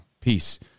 Peace